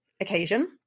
occasion